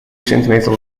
centimeter